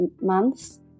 months